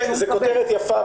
זו כותרת יפה,